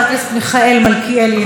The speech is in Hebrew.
חבר הכנסת מיכאל מלכיאלי,